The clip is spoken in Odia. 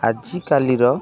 ଆଜିକାଲିର